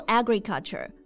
agriculture